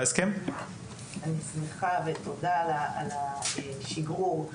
אני שמחה ומודה לך על השגרור.